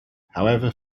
however